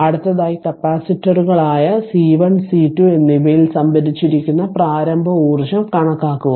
അടുത്തതായി കപ്പാസിറ്ററുകളായ C 1 C 2 എന്നിവയിൽ സംഭരിച്ചിരിക്കുന്ന പ്രാരംഭ ഊർജ്ജം കണക്കാക്കുക